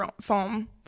foam